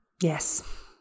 yes